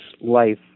life